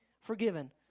forgiven